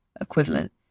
equivalent